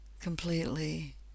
completely